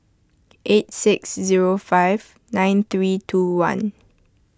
eight six zero five nine three two one